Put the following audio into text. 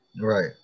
Right